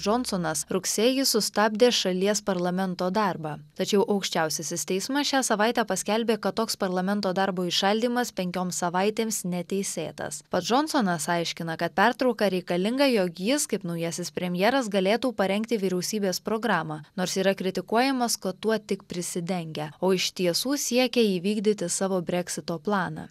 džonsonas rugsėjį sustabdė šalies parlamento darbą tačiau aukščiausiasis teismas šią savaitę paskelbė kad toks parlamento darbo įšaldymas penkioms savaitėms neteisėtas pats džonsonas aiškina kad pertrauka reikalinga jog jis kaip naujasis premjeras galėtų parengti vyriausybės programą nors yra kritikuojamas kad tuo tik prisidengia o iš tiesų siekia įvykdyti savo breksito planą